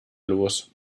los